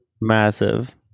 massive